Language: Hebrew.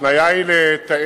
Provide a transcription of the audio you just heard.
ההתניה היא לתאם,